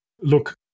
look